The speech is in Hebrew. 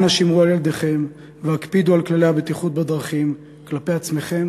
אנא שמרו על ילדיכם והקפידו על כללי הבטיחות בדרכים כלפי עצמכם